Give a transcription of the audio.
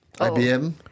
IBM